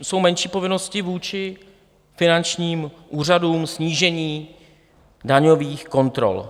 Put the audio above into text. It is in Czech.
jsou menší povinnosti vůči finančním úřadům, snížení daňových kontrol.